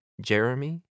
Jeremy